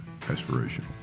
aspirational